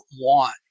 want